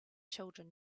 children